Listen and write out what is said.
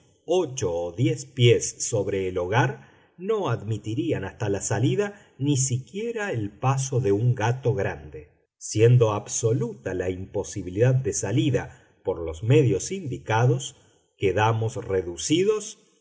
ocho o diez pies sobre el hogar no admitirían hasta la salida ni siquiera el paso de un gato grande siendo absoluta la imposibilidad de salida por los medios indicados quedamos reducidos